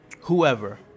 whoever